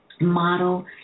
model